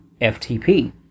FTP